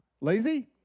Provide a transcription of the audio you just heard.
Lazy